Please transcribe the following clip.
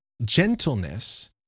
gentleness